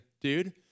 dude